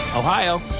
Ohio